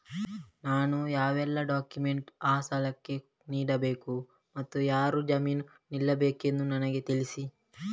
ನಾನು ಯಾವೆಲ್ಲ ಡಾಕ್ಯುಮೆಂಟ್ ಆ ಸಾಲಕ್ಕೆ ನೀಡಬೇಕು ಮತ್ತು ಯಾರು ಜಾಮೀನು ನಿಲ್ಲಬೇಕೆಂದು ನನಗೆ ತಿಳಿಸಿ?